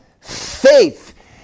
faith